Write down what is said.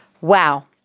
Wow